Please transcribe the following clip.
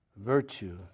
virtue